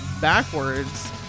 backwards